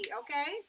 okay